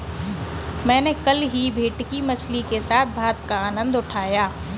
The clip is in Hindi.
मैंने कल ही भेटकी मछली के साथ भात का आनंद उठाया